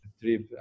trip